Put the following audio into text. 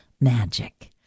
magic